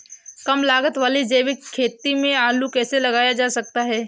कम लागत वाली जैविक खेती में आलू कैसे लगाया जा सकता है?